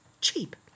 cheap